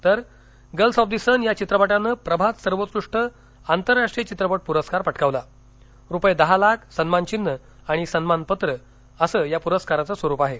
तर girls of the sun या चित्रपटती प्रभती सर्वोत्कृष्ट आंतररख्रिय चित्रपट पुरस्कारी पटकविला रुपये दह लखि सन्मत्तिचिन्ह आणि सन्मत्तित्र असं या प्रस्काराचे स्वरुप आहे